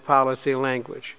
policy language